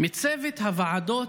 הוועדות